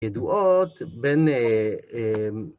ידועות בין